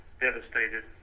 devastated